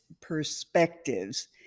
perspectives